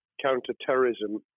counter-terrorism